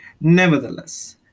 Nevertheless